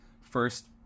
first